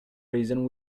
reason